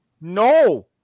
No